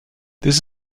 this